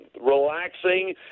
relaxing